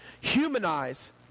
humanize